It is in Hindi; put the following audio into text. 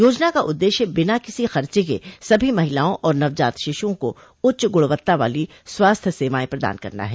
योजना का उद्देश्य बिना किसी खर्चे के सभी महिलाओं और नवजात शिश्रओं को उच्च गुणवत्ता वाली स्वास्थ्य सेवाएं प्रदान करना है